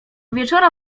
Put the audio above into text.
wieczora